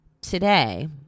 today